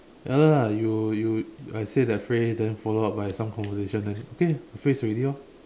ya lah you you I say that phrase then follow up by some conversation then okay a phrase already lor